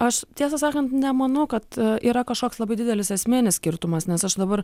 aš tiesą sakant nemanau kad yra kažkoks labai didelis esminis skirtumas nes aš dabar